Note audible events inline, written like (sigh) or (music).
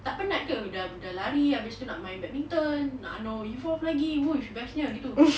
tak penat ke dah dah lari habis tu nak main badminton nak anuh evolve lagi (noise) best nya gitu